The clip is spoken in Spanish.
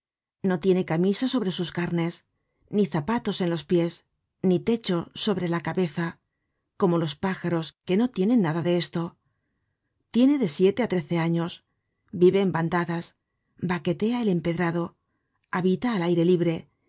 no tiene camisa sobre sus carnes ni zapatos en los pies ni techo sobre la cabeza como los pájaros que no tienen nada de esto tiene de siete á trece años vive en bandadas baquetea el empedrado habita al aire libre